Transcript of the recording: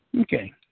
Okay